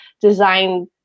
design